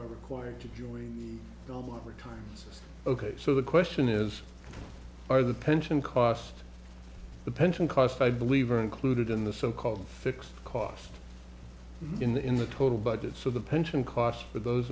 are required to join the modern times ok so the question is are the pension cost the pension cost i believe are included in the so called fixed cost in the total budget so the pension costs for those